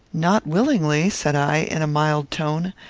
not willingly, said i, in a mild tone.